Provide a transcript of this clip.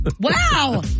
Wow